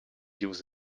use